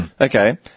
Okay